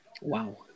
Wow